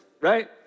right